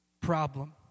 problem